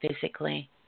physically